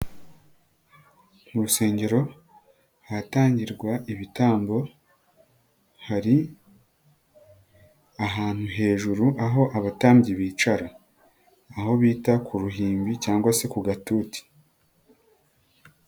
Mu rusengero ahatangirwa ibitambo hari ahantu hejuru aho abatambyi bicara, aho bita ku ruhimbi cyangwa se ku gatuti.